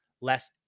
less